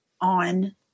on